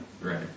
Right